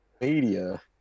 media